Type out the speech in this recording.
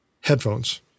headphones